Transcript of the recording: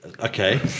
Okay